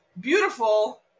beautiful